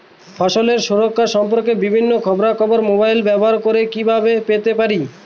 ফসলের সুরক্ষা সম্পর্কে বিভিন্ন খবরা খবর মোবাইল ব্যবহার করে কিভাবে পেতে পারি?